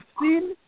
seen